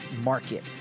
market